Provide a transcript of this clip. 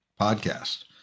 podcast